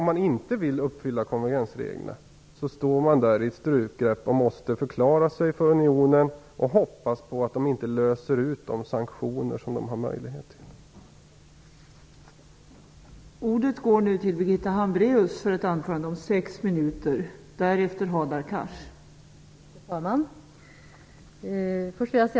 Om man inte vill uppfylla konvergensreglerna kommer man att befinna sig i ett strypgrepp där man måste förklara sig för unionen och hoppas på att unionen inte löser ut de sanktioner som den har möjlighet till.